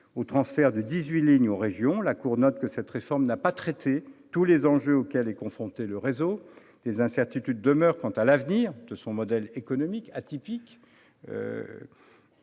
au transfert de dix-huit lignes aux régions. La Cour note que cette réforme n'a pas traité tous les enjeux auxquels est confronté le réseau : des incertitudes demeurent quant à l'avenir de son modèle économique, atypique